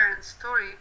story